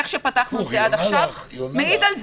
איך שפתחנו עד עכשיו מעיד על זה.